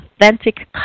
authentic